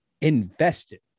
invested